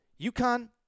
UConn